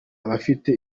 abafite